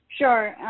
Sure